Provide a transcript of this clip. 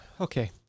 Okay